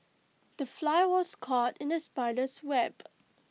the fly was caught in the spider's web